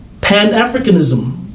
Pan-Africanism